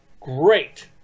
great